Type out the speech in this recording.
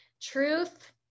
Truth